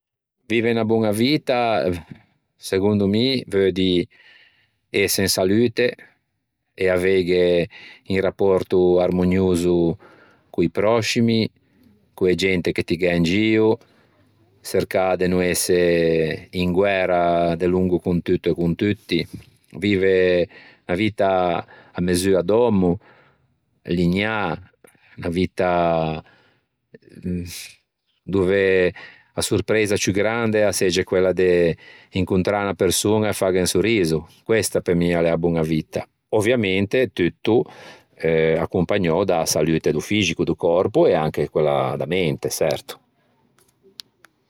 Vive unna boña vitta segondo mi veu dî ëse in salute e aveighe un rappòrto armonioso co-i pròscimi, co-e gente che ti gh'æ in gio, çercâ de no ëse in guæra delongo con tutto e con tutti, vive a vitta à mesua d'òmmo, lineâ, unna vitta dove a sorpreisa ciù grande a segge quella de incontrâ unna persoña e faghe un sorriso. Questa pe mi a l'é a boña vitta. Ovviamente tutto accompagnou da-a salute do fixico, do còrpèo e anche quella da mente, çerto.